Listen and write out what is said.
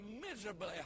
miserably